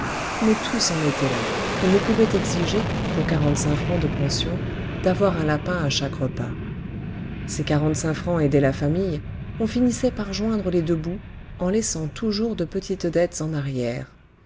mais tous en étaient là il ne pouvait exiger pour quarante-cinq francs de pension d'avoir un lapin à chaque repas ces quarante-cinq francs aidaient la famille on finissait par joindre les deux bouts en laissant toujours de petites dettes en arrière